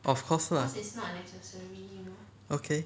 of course lah okay